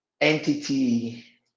entity